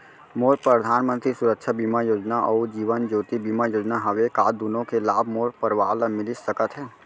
मोर परधानमंतरी सुरक्षा बीमा योजना अऊ जीवन ज्योति बीमा योजना हवे, का दूनो के लाभ मोर परवार ल मिलिस सकत हे?